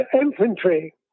infantry